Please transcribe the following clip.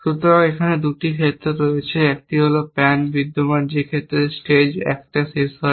সুতরাং এখানে 2টি ক্ষেত্রে রয়েছে একটি হল একটি প্যান বিদ্যমান যে ক্ষেত্রে স্টেজ 1 শেষ হয়